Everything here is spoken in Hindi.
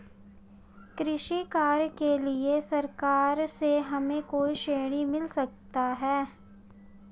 कृषि कार्य के लिए सरकार से हमें कोई ऋण मिल सकता है?